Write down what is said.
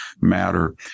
matter